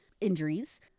injuries